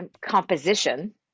composition